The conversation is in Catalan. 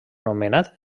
anomenat